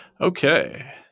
Okay